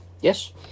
Yes